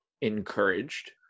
encouraged